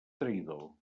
traïdor